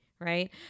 right